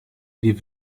die